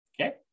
Okay